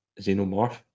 xenomorph